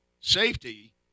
Safety